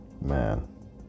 Man